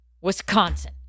Wisconsin